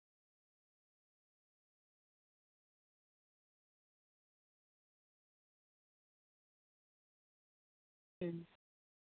ᱦᱩᱸ